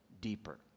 deeper